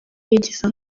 yigiza